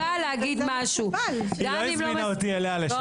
נגיד שהיא לא הזמינה אותי אליה לשבת.